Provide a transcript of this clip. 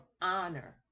honor